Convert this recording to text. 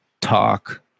talk